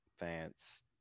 advance